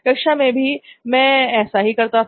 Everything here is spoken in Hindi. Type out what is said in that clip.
कक्षा में भी मैं ऐसा ही करता था